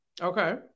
Okay